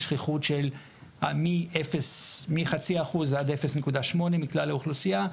עם שכיחות מחצי אחוז עד 0.8 מכלל האוכלוסייה,